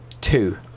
two